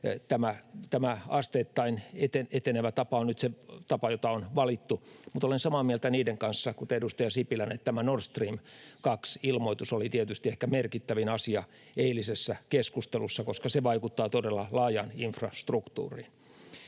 Tämä asteittain etenevä tapa on nyt se tapa, joka on valittu. Olen samaa mieltä esimerkiksi edustaja Sipilän kanssa siitä, että tämä Nord Stream 2 ‑ilmoitus oli tietysti ehkä merkittävin asia eilisessä keskustelussa, koska se vaikuttaa todella laajaan infrastruktuuriin.